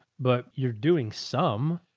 but you're doing some,